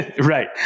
Right